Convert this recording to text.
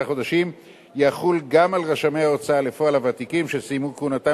חודשים יחול גם על רשמי ההוצאה לפועל הוותיקים שסיימו כהונתם